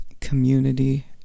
community